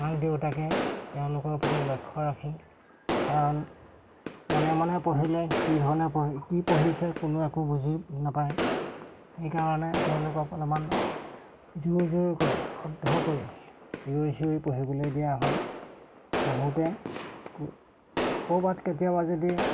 মাক দেউতাকে তেওঁলোকৰ প্ৰতি লক্ষ্য ৰাখি কাৰণ মনে মনে পঢ়িলে কি ধৰণে পঢ়ি কি পঢ়িছে কোনেও একো বুজি নাপায় সেইকাৰণে তেওঁলোকক অলপমান জোৰ জোৰকৈ শুদ্ধকৈ চিঞৰি চিঞৰি পঢ়িবলৈ দিয়া হয় পঢ়োঁতে ক'ৰবাত কেতিয়াবা যদি